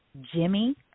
Jimmy